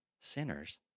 sinners